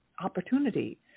opportunity